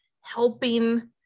helping